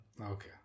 Okay